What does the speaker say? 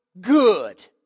good